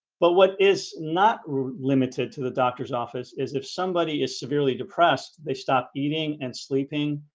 but what is not limited to the doctor's office is if somebody is severely depressed they stop eating and sleeping.